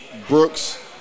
Brooks